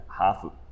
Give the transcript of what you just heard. half